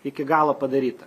iki galo padaryta